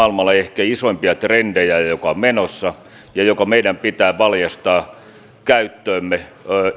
maailmalla ehkä isoimpia trendejä joka on menossa ja joka meidän pitää valjastaa käyttöömme